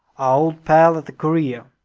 our old pal at the korea,